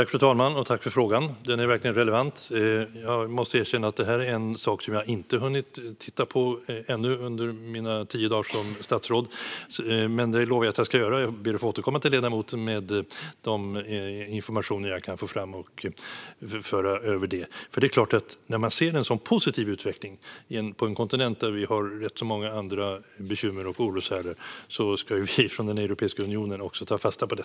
Fru talman! Tack för frågan! Den är verkligen relevant. Jag måste erkänna att detta är en sak som jag inte har hunnit titta på under mina tio dagar som statsråd. Men det lovar jag att jag ska göra. Jag ber att få återkomma till ledamoten med den information jag kan få fram. När man ser en sådan positiv utveckling på en kontinent där det finns rätt många andra bekymmer och oroshärdar är det klart att vi i Europeiska unionen ska ta fasta på det.